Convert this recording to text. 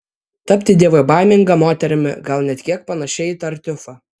tapti dievobaiminga moterimi gal net kiek panašia į tartiufą